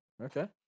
Okay